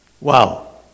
Wow